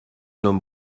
homme